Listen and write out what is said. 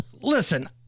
listen